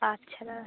আচ্ছা দাদা